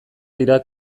dira